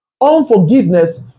Unforgiveness